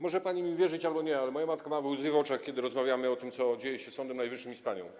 Może pani mi wierzyć albo nie, ale moja matka ma łzy w oczach, kiedy rozmawiamy o tym, co dzieje się z Sądem Najwyższym i z panią.